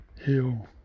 heal